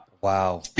Wow